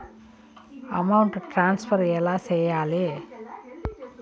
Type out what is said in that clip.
amount transfer ఎలా సేయాలి